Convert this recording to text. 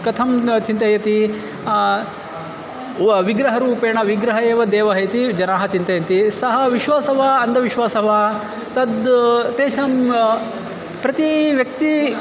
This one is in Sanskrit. कथं चिन्तयति व विग्रहरूपेण विग्रहः एव देवः इति जनाः चिन्तयन्ति सः विश्वासः वा अन्धविश्वासः वा तद् तेषां प्रति व्यक्तिम्